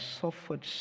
suffered